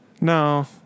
No